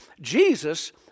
Jesus